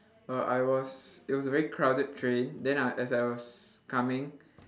uh I was it was a very crowded train then I as I was coming uh